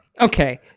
Okay